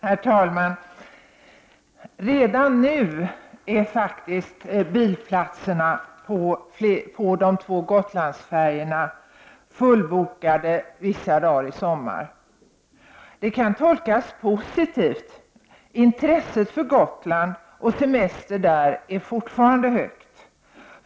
Herr talman! Redan nu är bilplatserna på de två Gotlandsfärjorna i sommar fulltecknade vissa dagar. Det kan tolkas positivt: intresset för Gotland och för semester där är fortfarande högt.